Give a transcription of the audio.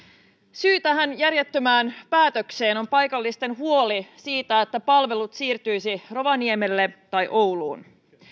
syynä tähän järjettömään päätökseen on paikallisten huoli siitä että palvelut siirtyisivät rovaniemelle tai ouluun